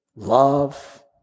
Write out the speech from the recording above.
love